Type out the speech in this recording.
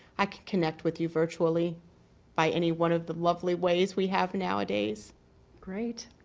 i connect with you virtually by any one of the lovely ways we have nowadays great.